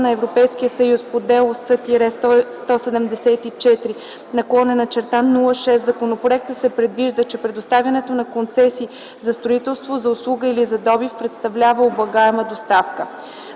на Европейския съюз по Дело С 174/06 в законопроекта се предвижда, че предоставянето на концесии за строителство, за услуга или за добив представлява облагаема доставка.